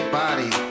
body